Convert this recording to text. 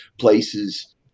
places